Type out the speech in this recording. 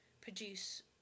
produce